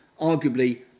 arguably